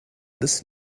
this